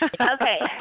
Okay